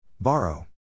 Borrow